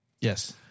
Yes